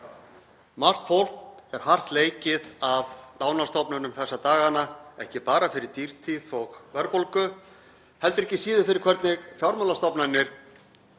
Margt fólk er hart leikið af lánastofnunum þessa dagana, ekki bara vegna dýrtíðar og verðbólgu heldur ekki síður vegna þess hvernig fjármálastofnanir,